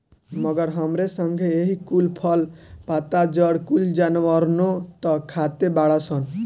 मगर हमरे संगे एही कुल फल, पत्ता, जड़ कुल जानवरनो त खाते बाड़ सन